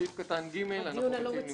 סעיף קטן (ג) יימחק.